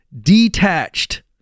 detached